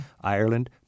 Ireland